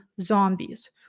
zombies